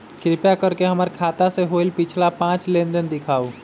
कृपा कर के हमर खाता से होयल पिछला पांच लेनदेन दिखाउ